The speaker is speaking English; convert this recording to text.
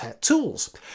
tools